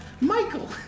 Michael